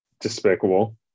Despicable